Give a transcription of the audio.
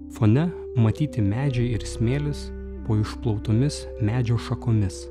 fone matyti medžiai ir smėlis po išplautomis medžio šakomis